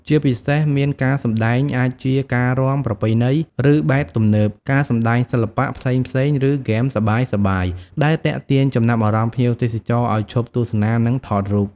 ជាពីសេសមានការសម្ដែងអាចជា ការរាំ ប្រពៃណី ឬបែបទំនើប ការសំដែងសិល្បៈ ផ្សេងៗ ឬ ហ្គេមសប្បាយៗ ដែលទាក់ទាញចំណាប់អារម្មណ៍ភ្ញៀវទេសចរឲ្យឈប់ទស្សនា និងថតរូប។